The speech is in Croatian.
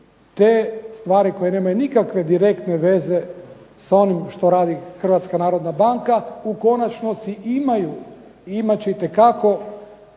Te stvari koje nemaju nikakve direktne veze s onim što radi HNB-a. u konačnosti i imaju i imat će itekako